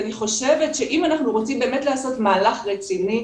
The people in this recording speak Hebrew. אם אנחנו רוצים באמת לעשות מהלך רציני,